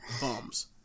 Bums